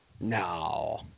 No